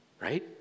right